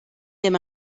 ddim